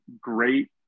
great